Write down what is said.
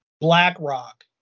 blackrock